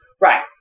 right